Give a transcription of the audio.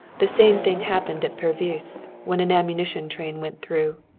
the same thing happened at pervyse when an ammunition train went through.